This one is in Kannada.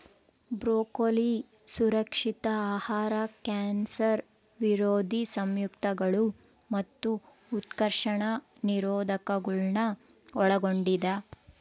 ಬ್ರೊಕೊಲಿ ಸುರಕ್ಷಿತ ಆಹಾರ ಕ್ಯಾನ್ಸರ್ ವಿರೋಧಿ ಸಂಯುಕ್ತಗಳು ಮತ್ತು ಉತ್ಕರ್ಷಣ ನಿರೋಧಕಗುಳ್ನ ಒಳಗೊಂಡಿದ